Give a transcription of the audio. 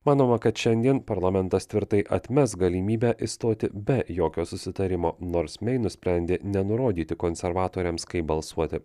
manoma kad šiandien parlamentas tvirtai atmes galimybę išstoti be jokio susitarimo nors mei nusprendė nenurodyti konservatoriams kaip balsuoti